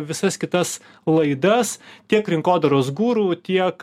visas kitas laidas tiek rinkodaros guru tiek